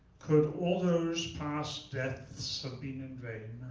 could all those past deaths have been in vain?